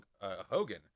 Hogan